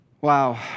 Wow